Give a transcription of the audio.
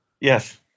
Yes